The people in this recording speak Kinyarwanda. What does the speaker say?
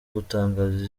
gutangaza